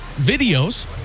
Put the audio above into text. videos